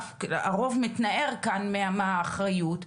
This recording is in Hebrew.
שהרוב מתנער כאן מהאחריות,